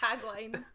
tagline